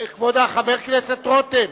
כבוד חבר הכנסת רותם.